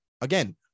again